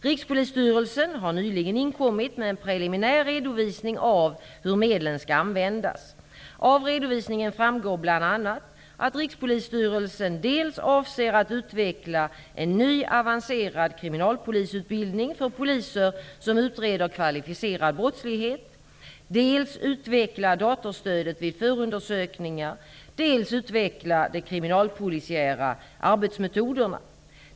Rikspolisstyrelsen har nyligen inkommit med en preliminär redovisning av hur medlen skall användas. Av redovisningen framgår bl.a. att Rikspolisstyrelsen dels avser att utveckla en ny avancerad kriminalpolisutbildning för poliser som utreder kvalificerad brottslighet, dels utveckla datorstödet vid förundersökningar, dels utveckla de kriminalpolisiära arbetsmetoderna.